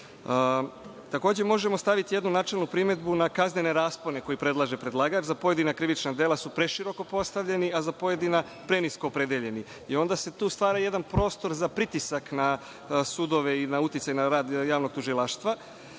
možemo staviti jednu načelnu primedbu na kaznene raspone koje predlaže predlagač. Za pojedina krivična dela su preširoko postavljeni, a za pojedina prenisko opredeljeni. Tu se stvara jedan prostor na pritisak na sudove i na uticaj na rad javnog tužilaštva.